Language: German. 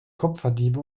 kupferdiebe